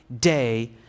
day